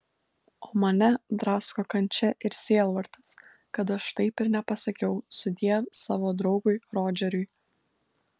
o mane drasko kančia ir sielvartas kad aš taip ir nepasakiau sudiev savo draugui rodžeriui